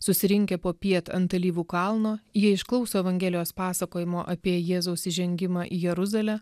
susirinkę popiet ant alyvų kalno jie išklauso evangelijos pasakojimo apie jėzaus įžengimą į jeruzalę